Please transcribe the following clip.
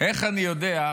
איך אני יודע,